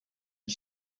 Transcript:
and